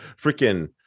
Freaking